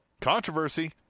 Controversy